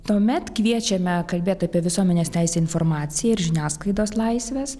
tuomet kviečiame kalbėt apie visuomenės teisę į informaciją ir žiniasklaidos laisves